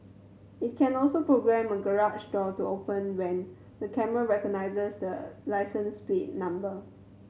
it can also programme a garage door to open when the camera recognized the license number